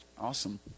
Awesome